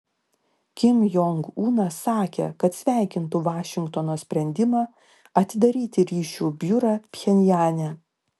kim jong unas sakė kad sveikintų vašingtono sprendimą atidaryti ryšių biurą pchenjane